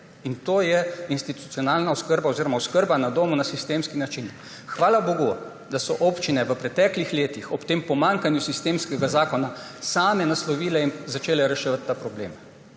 urejen, in to je oskrba na domu na sistemski način. Hvala bogu, da so občine v preteklih letih ob tem pomanjkanju sistemskega zakona same naslovile in začele reševati ta problem